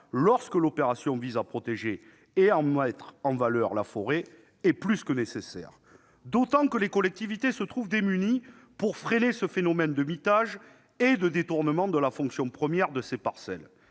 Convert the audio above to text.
lorsque l'opération vise à protéger et à mettre en valeur la forêt, est plus que nécessaire, d'autant que les collectivités se trouvent démunies pour freiner ce phénomène de mitage et de détournement de la fonction première de ces parcelles.